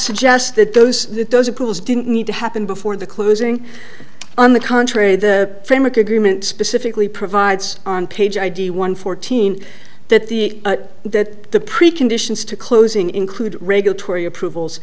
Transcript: suggest that those that those opposed didn't need to happen before the closing on the contrary the framework agreement specifically provides on page id one fourteen that the that the preconditions to closing include regulatory approvals